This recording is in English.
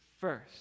first